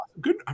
Good